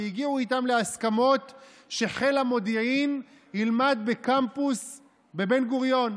והגיעו איתם להסכמות שחיל המודיעין ילמד בקמפוס בבן-גוריון.